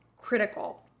critical